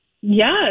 yes